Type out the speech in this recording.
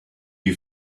you